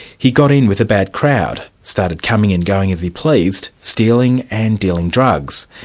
he got in with a bad crowd, started coming and going as he pleased, stealing and dealing drugs.